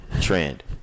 trend